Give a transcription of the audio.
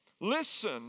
Listen